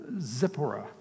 Zipporah